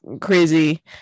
crazy